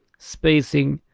spacing,